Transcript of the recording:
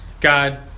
God